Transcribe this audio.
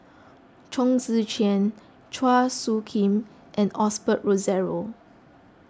Chong Tze Chien Chua Soo Khim and Osbert Rozario